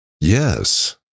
Yes